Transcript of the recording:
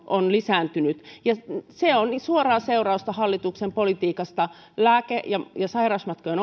on lisääntynyt se se on suoraa seurausta hallituksen politiikasta lääkkeiden ja sairasmatkojen